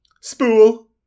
Spool